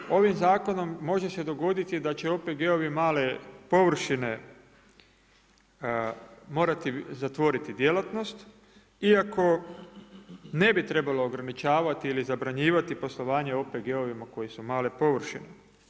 Osim toga, ovim zakonom može se dogoditi da će OPG-ovi male površine morati zatvoriti djelatnost iako ne bi trebalo ograničavati ili zabranjivati poslovanje OPG-ovima koji su male površine.